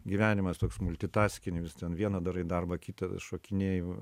gyvenimas toks multitaskini vis ten vieną darai darbą kitą šokinėji